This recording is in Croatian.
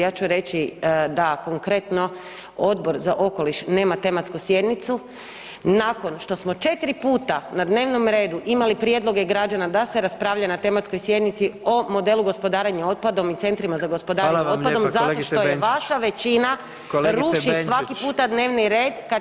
Ja ću reći da konkretno Odbor za okoliš nema tematsku sjednicu nakon što smo četiri puta na dnevnom redu imali prijedloge građana da se raspravlja na tematskoj sjednici o modelu gospodarenja otpadom i centrima za gospodarenje otpadom zato što je vaša većina ruši svaki puta dnevni red kad